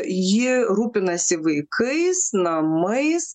ji rūpinasi vaikais namais